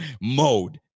mode